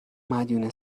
مدیون